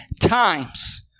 times